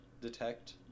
detect